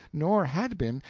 nor had been,